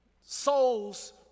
souls